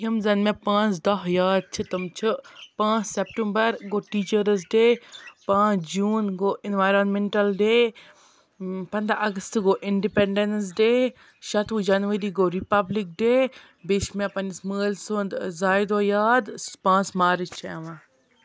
یِم زَن مےٚ پانٛژھ دَہ یاد چھِ تم چھِ پانٛژھ س۪پٹمبَر گوٚو ٹیٖچٲرٕس ڈے پانٛژھ جوٗن گوٚو اِنوارانم۪نٹَل ڈے پنٛداہ اَگست گوٚو اِنڈِپینڈنٕس ڈے شَتوُہ جَنؤری گوٚو رِپَبلِک ڈے بیٚیہِ چھِ مےٚ پنٛنِس مٲلۍ سُنٛد زای دۄہ یاد پانٛژھ مارٕچ چھِ یِوان